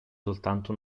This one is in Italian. soltanto